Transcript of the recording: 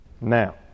now